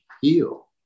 heal